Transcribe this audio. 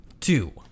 two